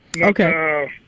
Okay